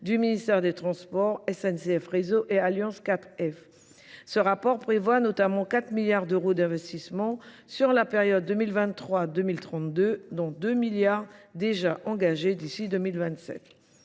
du ministère des transports, SNCF réseau et Alliance 4F. Ce rapport prévoit notamment 4 milliards d'euros d'investissement sur la période 2023-2032, dont 2 milliards déjà engagés d'ici 2027.